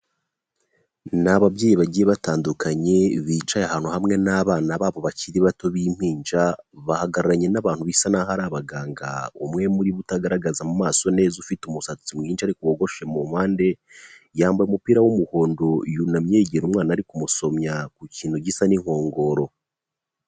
Ni ababyeyi bagiye batandukanye, bicaye ahantu hamwe n'abana babo bakiri bato b'impinja, bahagararanye n'abantu bisa naho ari abaganga, umwe muri bo utagaragaza mu maso neza, ufite umusatsi mwinshi ariko wogoshe mu mpande, yambaye umupira w'umuhondo, yunamye yegera umwana ari kumusomya ku kintu gisa n'inkongoro.